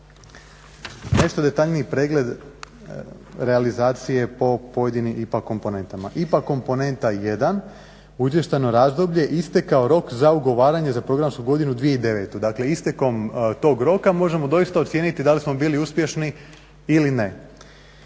Nešto detaljniji pregled realizacije po pojedinim IPA komponentama. IPA komponenta I u izvještajno razdoblje istekao rok za ugovaranje za programsku godinu 2009., dakle istekom tog roka možemo doista ocijeniti da li smo bili uspješni ili ne.